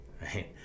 right